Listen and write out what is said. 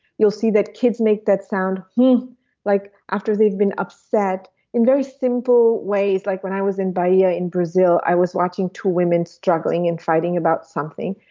you'll see that kids make that sound hmm like after they've been upset in very simple ways. like when i was in bahia in brazil i was watching two women struggling and fighting about something,